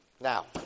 Now